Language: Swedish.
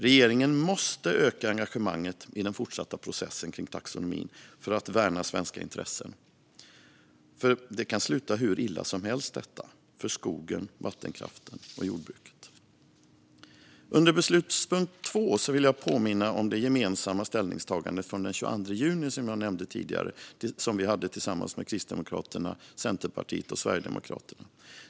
Regeringen måste öka engagemanget i den fortsatta processen kring taxonomin för att värna svenska intressen, för detta kan sluta hur illa som helst för skogen, vattenkraften och jordbruket. Under beslutspunkt 2 vill jag påminna om det gemensamma ställningstagandet från den 22 juni, som jag nämnde tidigare, som vi hade tillsammans med Kristdemokraterna, Centerpartiet och Sverigedemokraterna.